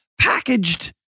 packaged